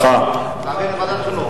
שמעידים על פער עמוק